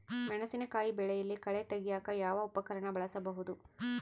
ಮೆಣಸಿನಕಾಯಿ ಬೆಳೆಯಲ್ಲಿ ಕಳೆ ತೆಗಿಯಾಕ ಯಾವ ಉಪಕರಣ ಬಳಸಬಹುದು?